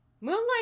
Moonlight